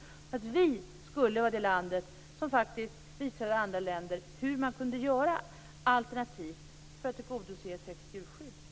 Skulle inte vi vara det land som visade andra länder hur man kunde göra för att tillgodose kravet på ett högt djurskydd?